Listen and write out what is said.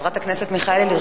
חברת הכנסת מיכאלי, בבקשה.